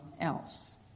else